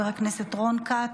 חבר הכנסת רון כץ,